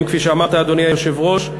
כפי שאמרת, אדוני היושב-ראש,